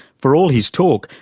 for all his talk,